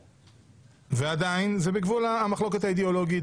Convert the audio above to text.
ועדיין, זה בגבול המחלוקת האידאולוגית.